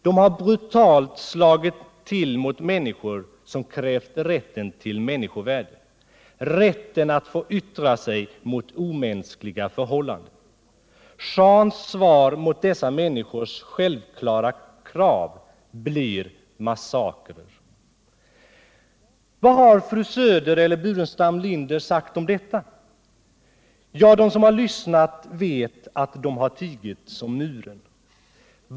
Den har brutalt slagit till mot människor som krävt rätten till människovärde, rätten att yttra sig mot omänskliga förhållanden. Shahens svar på dessa människors självklara krav blev en massaker. Vad har fru Söder eller Staffan Burenstam Linder sagt om detta? Ja, den som har lyssnat vet att de har tigit som muren.